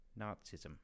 Nazism